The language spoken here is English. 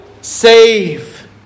save